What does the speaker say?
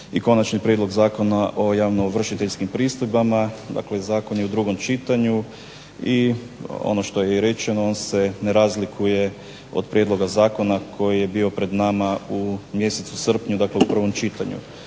i Konačni prijedlog o javnoovršiteljskim pristojbama dakle zakon je u drugom čitanju i ono što je rečeno se ne razlikuje od Prijedloga zakona koji je bio pred nama u mjesecu srpnju dakle u prvom čitanju.